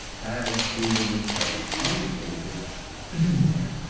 has proven itself unable to do that.